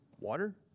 water